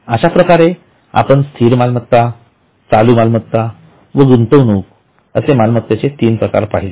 अश्याप्रकारे आपण स्थिर मालमत्ता चालू मालमत्ता व गुंतवणूक असे मालमत्तेचे तीन प्रकार पहिले